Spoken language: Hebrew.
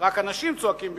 רק אנשים צועקים בשמה,